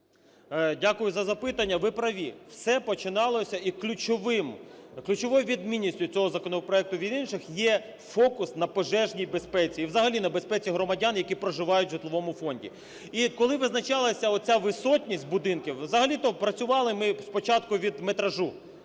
Дякую за запитання. Ви праві, все починалося, і ключовою відмінністю цього законопроекту від інших є фокус на пожежній безпеці і взагалі на безпеці громадян, які проживають в житловому фонді. І коли визначалась оця висотність будинків, взагалі-то працювали ми спочатку від метражу,